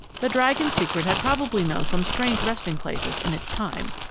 the dragon's secret had probably known some strange resting-places in its time,